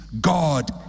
God